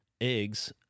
eggs